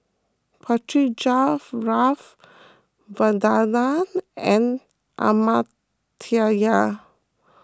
Pritiviraj Vandana and Amartya